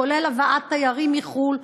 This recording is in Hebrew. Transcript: כולל הבאת תיירים מחו"ל,